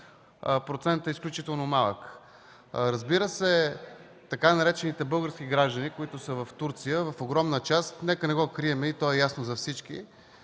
Процентът е изключително малък. Разбира се, така наречените „български граждани”, които са в Турция в огромна част – нека не го крием, то е ясно за всички,